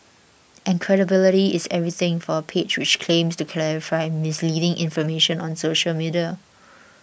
and credibility is everything for a page which claims to clarify misleading information on social media